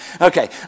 Okay